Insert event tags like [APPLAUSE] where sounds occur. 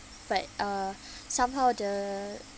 but uh [BREATH] somehow the